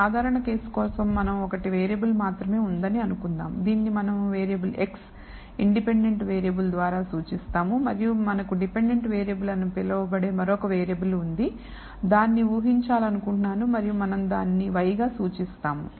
సాధారణ కేసు కోసం మనకు ఒకటి వేరియబుల్ మాత్రమే ఉందని అనుకుందాం దీనిని మనం వేరియబుల్ x ఇండిపెండెంట్ వేరియబుల్ ద్వారా సూచిస్తాము మరియు మనకు డిపెండెంట్ వేరియబుల్ అని పిలువబడే మరొక వేరియబుల్ ఉంది దానిని ఊహించాలనుకుంటున్నాను మరియు మనం దానిని y గా సూచిస్తాము